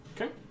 Okay